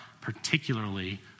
particularly